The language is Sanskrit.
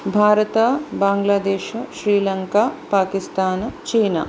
भारतम् बाङ्ग्लादेशः श्रीलङ्का पाकिस्तान् चीना